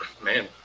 man